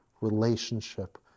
relationship